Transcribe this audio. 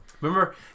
Remember